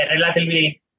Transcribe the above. relatively